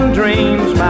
dreams